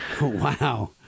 Wow